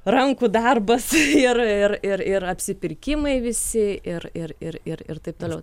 rankų darbas ir ir ir ir apsipirkimai visi ir ir ir ir ir taip toliau